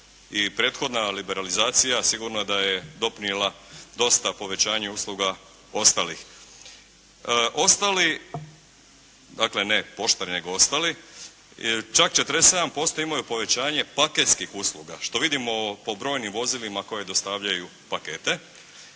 i prethodna liberalizacija sigurno da je doprinijela dosta povećanju usluga ostalih. Ostali, dakle ne poštari nego ostali čak 47% imaju povećanje paketskih usluga što vidimo po brojnim vozilima koja dostavljaju pakete.